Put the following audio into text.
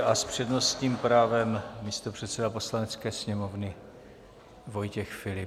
S přednostním právem místopředseda Poslanecké sněmovny Vojtěch Filip.